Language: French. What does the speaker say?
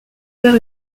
faire